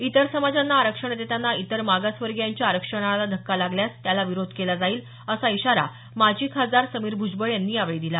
इतर समाजांना आरक्षण देताना इतर मागासवर्गीयांच्या आरक्षणाला धक्का लागल्यास त्याला विरोध केला जाईल असा इशारा माजी खासदार समीर भ्जबळ यांनी यावेळी दिला